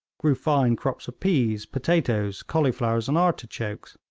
grew fine crops of peas, potatoes, cauliflowers and artichokes,